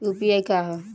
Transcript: UPI का ह?